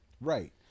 Right